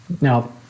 Now